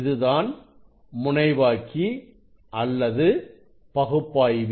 இதுதான் முனைவாக்கி அல்லது பகுப்பாய்வி